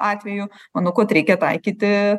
atvejų manau kad reikia taikyti